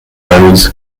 homies